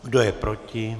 Kdo je proti?